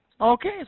Okay